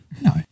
No